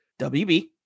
WB